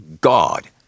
God